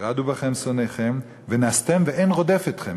ורדו בכם שנאיכם ונַסתם ואין רדף אתכם".